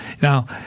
Now